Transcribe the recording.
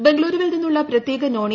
ബംഗളൂരുവിൽ നിന്നുള്ള പ്രത്യേക നോൺ എ